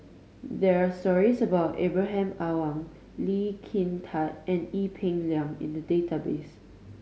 there are stories about Ibrahim Awang Lee Kin Tat and Ee Peng Liang in the database